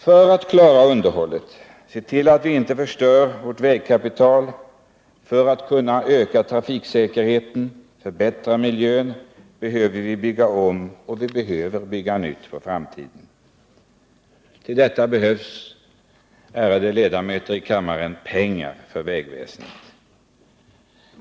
För att klara underhållet, för att se till att vi inte förstör vårt vägkapital, för att kunna öka trafiksäkerheten och förbättra miljön behöver vi bygga om och också bygga nytt. Till detta behövs, ärade ledamöter i kammaren, pengar för vägväsendet.